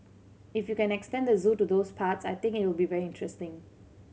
if you can extend the zoo to those parts I think it'll be very interesting